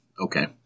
okay